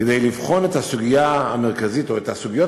כדי לבחון את הסוגיה המרכזית או את הסוגיות